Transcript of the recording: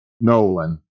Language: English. Nolan